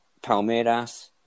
Palmeiras